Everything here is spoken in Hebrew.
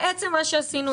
בעצם מה שעשינו,